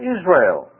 Israel